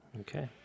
Okay